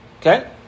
Okay